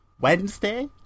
Wednesday